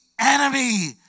enemy